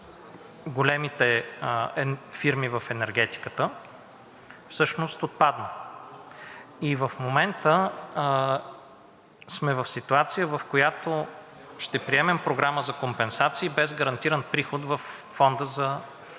големите фирми в енергетиката, всъщност отпадна. В момента сме в ситуация, в която ще приемем програма за компенсации, без гарантиран приход във Фонда за